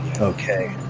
Okay